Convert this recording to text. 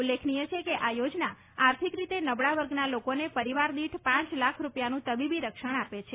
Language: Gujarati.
ઉલ્લેખનીય છે કે આ યોજના આર્થિક રીતે નબળાં વર્ગના લોકોને પરિવાર દીઠ પાંચ લાખ રૂપિયાનું તબીબી રક્ષણ આપે છે